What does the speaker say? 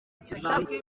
kizami